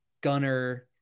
gunner